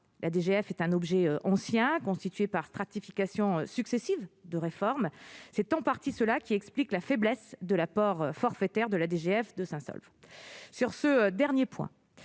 la DGF est un objet ancien, constitué par stratification successive de réformes. C'est en partie ce qui explique la faiblesse de la part forfaitaire de la DGF de Saint-Saulve. Sur ce dernier point,